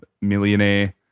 millionaire